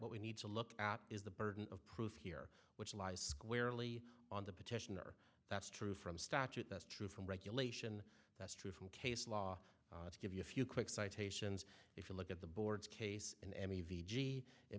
what we need to look at is the burden of proof here which lies squarely on the petitioner that's true from statute that's true from regulation that's true from case law to give you a few quick citations if you look at the board's case i